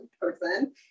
person